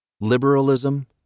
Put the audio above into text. Liberalism